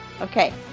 Okay